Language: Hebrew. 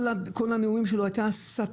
כל הנאום שלו היה הסתה,